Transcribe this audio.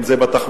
אם זה בתחבורה,